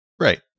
right